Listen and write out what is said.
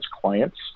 clients